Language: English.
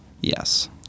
Yes